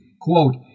Quote